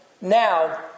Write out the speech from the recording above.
now